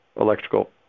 electrical